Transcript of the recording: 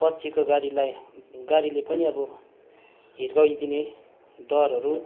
पछिको गाडीलाई गाडीले पनि अब हिर्काइदिने डरहरू